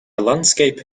landscape